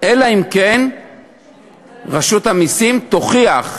אלא אם כן רשות המסים תוכיח,